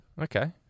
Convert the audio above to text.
Okay